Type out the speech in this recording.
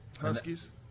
Huskies